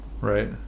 right